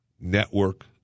network